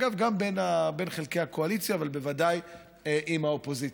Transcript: גם בין חלקי הקואליציה, אבל בוודאי עם האופוזיציה.